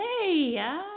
hey